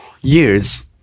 years